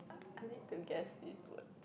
I need to guess it would